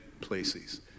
places